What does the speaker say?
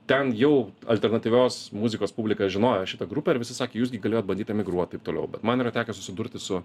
ten jau alternatyvios muzikos publika žinojo šitą grupę ir visi sakė jūs gi galėjot bandyt emigruot taip toliau bet man yra tekę susidurti su